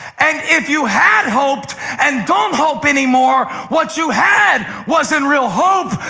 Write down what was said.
and if you had hoped and don't hope anymore, what you had wasn't real hope,